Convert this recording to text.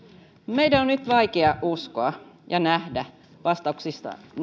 meidän on nyt vaikea uskoa ja nähdä vastauksistanne